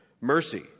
mercy